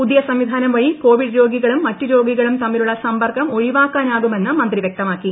പുതിയ സംവിധാനം വഴി കോവിഡ് രോഗികളും മറ്റു രോഗികളും തമ്മിലുള്ള സമ്പർക്കം ഒഴിവാക്കാനാകുമെന്ന് മന്ത്രി വ്യക്തമാക്കി